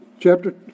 chapter